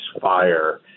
fire